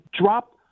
drop